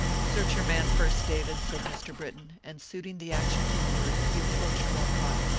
search your man, first, david, said mr. britton, and suiting the action to the word he approached walcott,